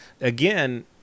again